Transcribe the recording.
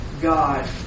God